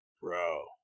bro